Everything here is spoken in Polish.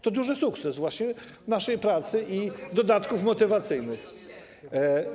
To duży sukces właśnie naszej pracy i dodatków motywacyjnych.